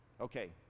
okay